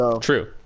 True